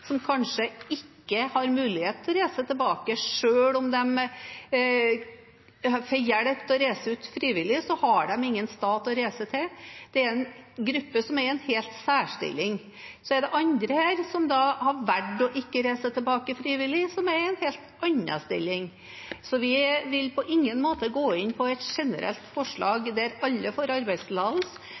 som kanskje ikke har mulighet til å reise tilbake. Selv om de får hjelp til å reise ut frivillig, har de ingen stat å reise til. Det er en gruppe som er helt i en særstilling. Så er det andre her som har valgt ikke å reise tilbake frivillig, og som er i en helt annen stilling. Så vi vil på ingen måte gå inn for et generelt forslag der alle får arbeidstillatelse.